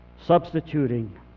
Substituting